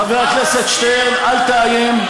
חבר הכנסת שטרן, אל תאיים.